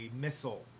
missile